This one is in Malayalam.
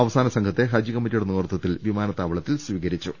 അവ സാന സംഘത്തെ ഹജ്ജ് കമ്മിറ്റിയുടെ നേതൃത്വത്തിൽ വിമാനത്താ വളത്തിൽ സ്വീകരിച്ചു